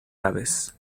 aves